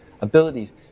abilities